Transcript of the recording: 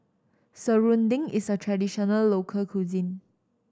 serunding is a traditional local cuisine